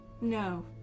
No